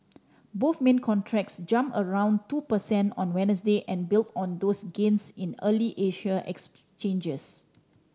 both main contracts jumped around two percent on Wednesday and built on those gains in early Asian exchanges